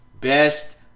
Best